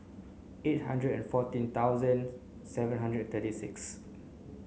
eight hundred and fourteen thousand seven hundred and thirty six